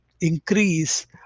increase